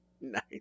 Nice